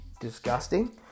disgusting